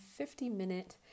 50-minute